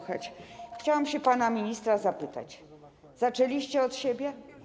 Chciałam się pana ministra zapytać: Zaczęliście od siebie?